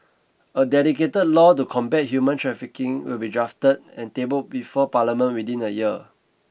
a dedicated law to combat human trafficking will be drafted and tabled before Parliament within a year